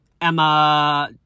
Emma